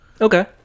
Okay